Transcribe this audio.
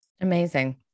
Amazing